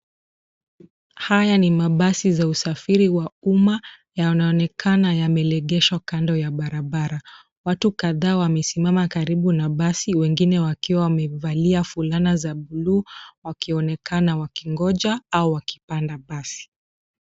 Haya ni mabasi za usafiri wa uma yanaonekana yamelegeshwa kando ya barabara. Watu kadhaa wamesimama karibu na basi wengine wakiwa wamevalia fulana za buluu wakionekana wakingoja au wakipanda basi.